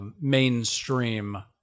mainstream